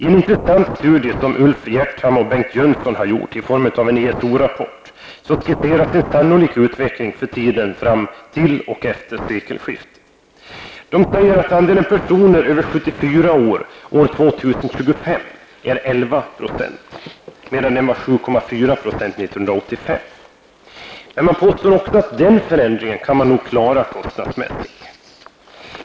I en intressant studie som Ulf Gerdtham och Bengt Jönsson har gjort i form av en ESO-rapport skisseras en sannolik utveckling för tiden fram till och efter sekelskiftet. De säger att år 2025 andelen personer över 74 år kommer att uppgå till 11 %, medan den var 7,4 % år 1985. Detta kan man, enligt författarna, klara kostnadsmässigt.